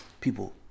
People